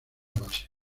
base